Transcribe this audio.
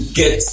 get